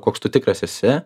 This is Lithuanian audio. koks tu tikras esi